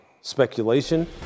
speculation